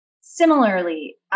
Similarly